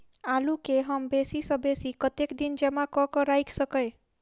आलु केँ हम बेसी सऽ बेसी कतेक दिन जमा कऽ क राइख सकय